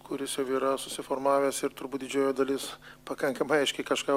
kuris jau yra susiformavęs ir turbūt didžioji dalis pakankamai aiškiai kažką